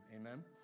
Amen